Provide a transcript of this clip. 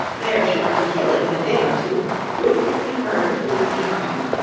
they're sure to kill it in a day or two wouldn't it be murder to leave it behind